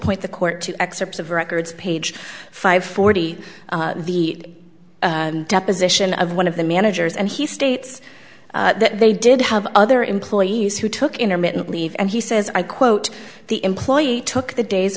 point the court to excerpts of records page five forty the deposition of one of the managers and he states that they did have other employees who took intermittent leave and he says i quote the employee took the days